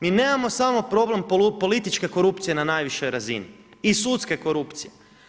Mi nemamo samo problem političke korupcije na najvišoj razini i sudske korupcije.